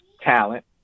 talent